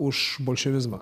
už bolševizmą